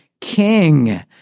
king